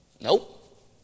Nope